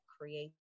create